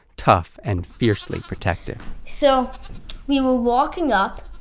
tough and fiercely protective. so we were walking up,